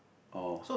oh